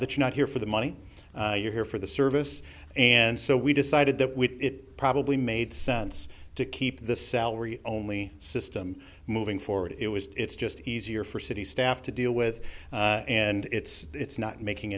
that you're not here for the money you're here for the service and so we decided that it probably made sense to keep the salary only system moving forward it was it's just easier for city staff to deal with and it's not making